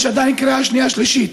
יש עדיין קריאה שנייה ושלישית,